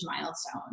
milestone